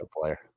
player